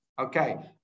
Okay